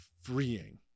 freeing